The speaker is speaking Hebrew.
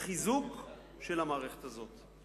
חיזוק של המערכת הזאת.